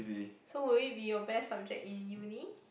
so will it be your best subject in uni